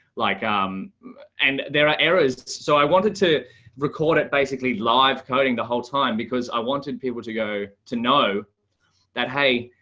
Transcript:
like um and there are errors. so i wanted to record it basically live coding the whole time because i wanted people to go to know that, hey,